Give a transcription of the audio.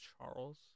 Charles